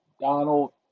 Donald